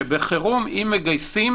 שבחירום אם מגייסים